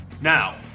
Now